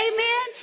Amen